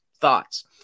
thoughts